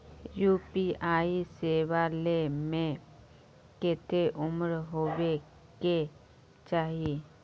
UPI सेवा ले में कते उम्र होबे के चाहिए?